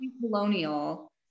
colonial